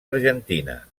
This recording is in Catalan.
argentina